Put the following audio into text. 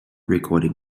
recording